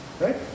right